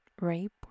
rape